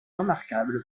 remarquable